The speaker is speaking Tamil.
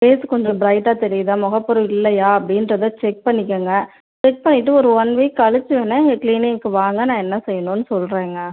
ஃபேஸ்ஸு கொஞ்சம் பிரைட்டாக தெரியுதா முகப்பரு இல்லையா அப்படின்றத செக் பண்ணிக்கோங்க செக் பண்ணிவிட்டு ஒரு ஒன் வீக் கழிச்சு வேணால் எங்கள் கிளினிக்கு வாங்க நான் என்ன செய்யணும்னு சொல்றேங்க